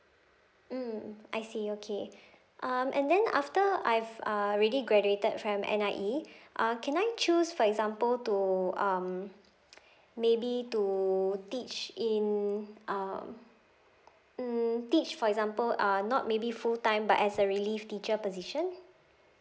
mm I see okay um and then after I've uh already graduated from N_I_E uh can I choose for example to um maybe to teach in um mm teach for example uh not maybe full time but as a relief teacher position